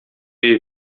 jej